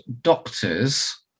doctors